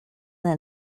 than